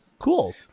cool